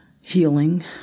healing